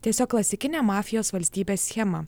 tiesiog klasikinė mafijos valstybės schema